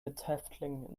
mithäftling